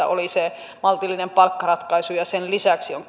oli se maltillinen palkkaratkaisu ja sen lisäksi on